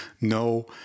no